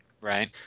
Right